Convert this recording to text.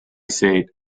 seat